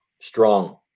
strong